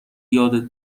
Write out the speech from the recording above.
یادت